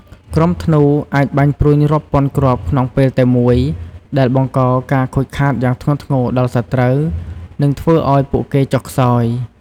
ក្រុមធ្នូអាចបាញ់ព្រួញរាប់ពាន់គ្រាប់ក្នុងពេលតែមួយ ដែលបង្កការខូចខាតយ៉ាងធ្ងន់ធ្ងរដល់សត្រូវ និងធ្វើឱ្យពួកគេចុះខ្សោយ។